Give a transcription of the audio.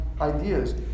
ideas